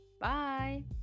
Bye